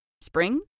Spring